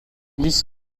this